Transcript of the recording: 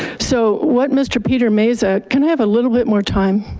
so what mr. peter meza, can i have a little bit more time?